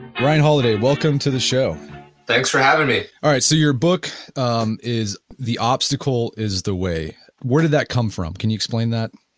ryan holiday welcome to the show thanks for having me alright, so your book um is the obstacle is the way where did that come from, can you explain that?